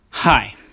Hi